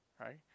right